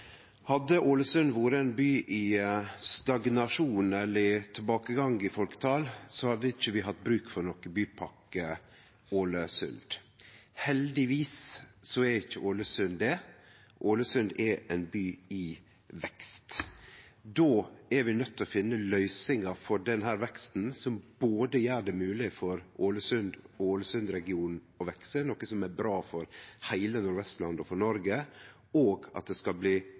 Hadde Ålesund vore ein by i stagnasjon eller i tilbakegang i folketal, hadde vi ikkje hatt bruk for nokon Bypakke Ålesund. Heldigvis er ikkje Ålesund det – Ålesund er ein by i vekst. Då er vi nøydde til å finne løysingar for denne veksten som både gjer det mogleg for Ålesund og Ålesund-regionen å vekse – noko som er bra for heile Nord-Vestlandet og for Noreg – og at det skal bli